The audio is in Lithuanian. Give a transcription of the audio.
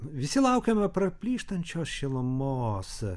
visi laukiame praplyštančios šilumos